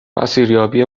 مسیریابی